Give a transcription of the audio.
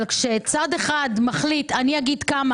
אבל כשצד אחד מחליט: אני אגיד כמה